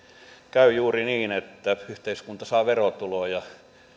käy juuri niin että yhteiskunta saa verotuloja